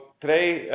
today